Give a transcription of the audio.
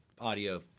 audio